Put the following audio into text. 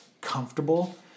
comfortable